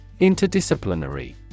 Interdisciplinary